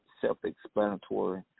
self-explanatory